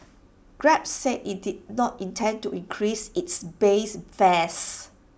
grab said IT did not intend to increase its base fares